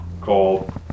called